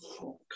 fuck